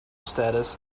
status